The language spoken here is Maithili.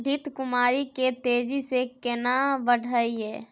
घृत कुमारी के तेजी से केना बढईये?